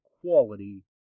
quality